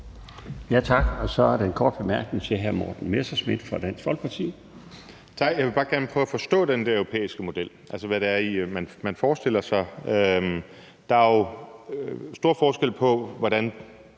Tak. Så er der en kort bemærkning fra hr. Morten Messerschmidt for Dansk Folkeparti.